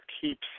keeps